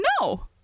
No